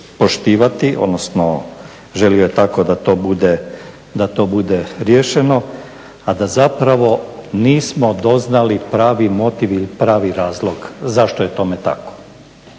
odnosno želio je da to tako bude riješeno, a da zapravo nismo doznali pravi motiv ili pravi razlog zašto je tome tako.